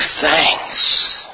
thanks